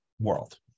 world